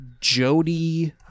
Jody